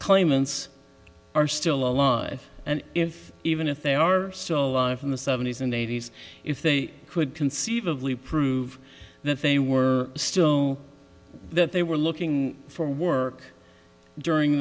claimants are still alive and if even if they are so in the seventy's and eighty's if they could conceivably prove that they were still that they were looking for work during